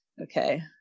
Okay